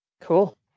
cool